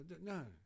no